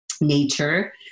nature